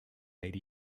eighty